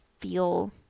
feel